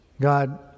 God